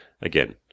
Again